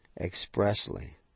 expressly